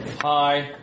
Hi